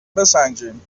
بسنجیم